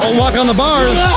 walk on the bars.